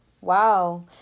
Wow